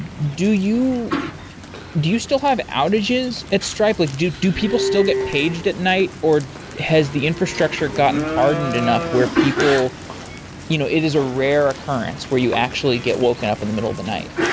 do you do you still have outages at stripe? like do do people still get paged at night or has the infrastructure gotten hardened enough where people you know it is a rare occurrence where you actually get woken up in the middle of the night?